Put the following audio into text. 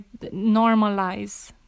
normalize